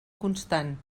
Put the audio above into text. constant